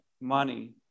money